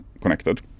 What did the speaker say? connected